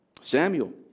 Samuel